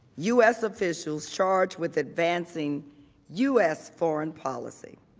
u s. officials charged with advancing u s. foreign policy,